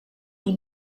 die